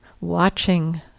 Watching